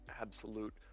absolute